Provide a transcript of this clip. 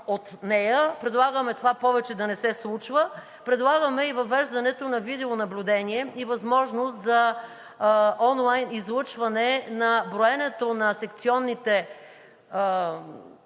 от нея – предлагаме това повече да не се случва. Предлагаме въвеждането на видеонаблюдение и възможност за онлайн излъчване на броенето на секционните